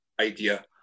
idea